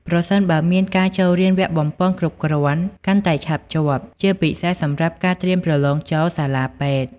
ប្រសិនបើមានការចូលរៀនវគ្គបំប៉នគ្រប់គ្រាន់កាន់តែឆាប់ជាប់ ជាពិសេសសម្រាប់ការត្រៀមប្រឡងចូលសាលាពេទ្យ។